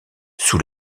sous